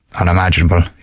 unimaginable